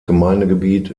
gemeindegebiet